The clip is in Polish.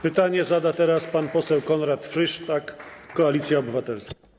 Pytanie zada teraz pan poseł Konrad Frysztak, Koalicja Obywatelska.